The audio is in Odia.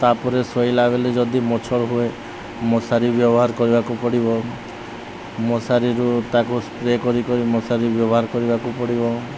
ତା'ପରେ ଶୋଇଲା ବେଳେ ଯଦି ମଛଡ଼ ହୁଏ ମଶାରି ବ୍ୟବହାର କରିବାକୁ ପଡ଼ିବ ମଶାରିରୁ ତାକୁ ସ୍ପ୍ରେ କରିିକ ମଶାରି ବ୍ୟବହାର କରିବାକୁ ପଡ଼ିବ